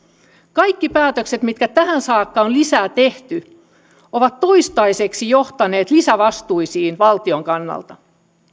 kaikki päätökset mitkä tähän saakka on lisää tehty ovat toistaiseksi johtaneet lisävastuisiin valtion kannalta